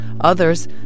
Others